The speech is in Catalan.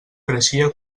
creixia